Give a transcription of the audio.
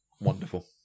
wonderful